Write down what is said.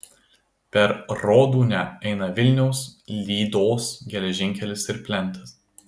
per rodūnią eina vilniaus lydos geležinkelis ir plentas